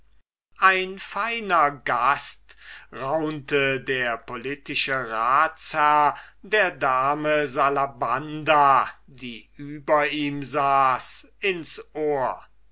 ein feiner gast raunte der politische ratsherr der dame salabanda die über ihm saß ins ohr